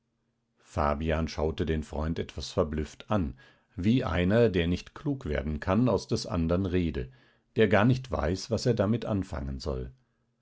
fabian schaute den freund etwas verblüfft an wie einer der nicht klug werden kann aus des andern rede der gar nicht weiß was er damit anfangen soll